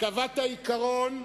קבעת עיקרון,